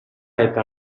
eta